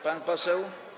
Pan poseł?